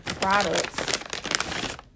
products